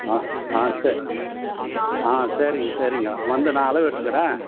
ஆ ஆ சரி ஆ சரிங்க சரிங்கோ வந்து நான் அளவு எடுத்துக்கிறேன்